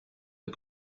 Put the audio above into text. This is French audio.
est